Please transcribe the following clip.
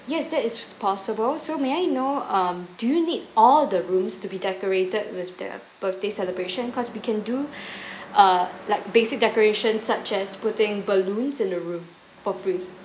yes that is possible so may I know um do you need all the rooms to be decorated with the birthday celebration cause we can do uh like basic decoration such as putting balloons in the room for free